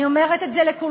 אני אומרת את זה לכולכם,